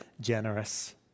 generous